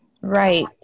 right